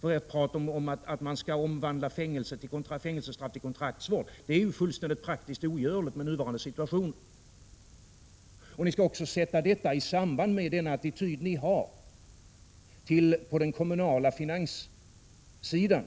Ert prat om att man skall omvandla fängelsestraff till kontraktsvård är ju praktiskt fullständigt ogörligt i nuvarande situation. 19 Ni skall också sätta detta i samband med den attityd ni har på den kommunala finanssidan.